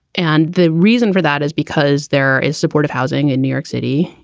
and the reason for that is because there is supportive housing in new york city.